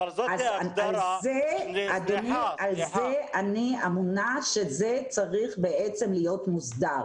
אבל זאת הגדרה --- אני אמונה שזה צריך בעצם להיות מוסדר.